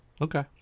Okay